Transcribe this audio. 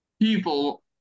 people